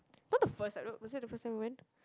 not the first I don't was that the first time we went